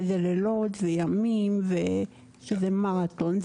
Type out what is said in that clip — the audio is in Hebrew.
כי זה לילות וימים וזה מרתון.